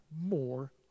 more